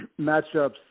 matchups –